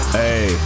hey